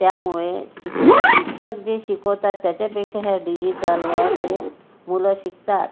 त्यामुळे शिक शिक्षक जे शिकवतात त्याच्यापेक्षा हे डिजिटलवर जे मुलं शिकतात